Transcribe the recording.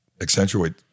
accentuate